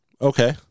Okay